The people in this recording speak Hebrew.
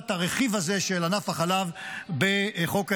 הרכיב הזה של ענף החלב בחוק ההסדרים,